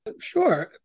Sure